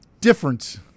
difference